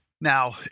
Now